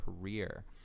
career